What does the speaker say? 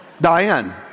Diane